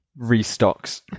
restocks